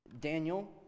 Daniel